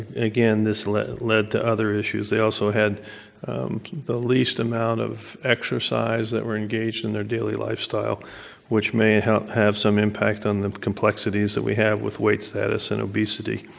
again, this led led to other issues. they also had the least amount of exercise that were engaged in their daily lifestyle which may have have some impact on the complexities that we have with weight status and obesity.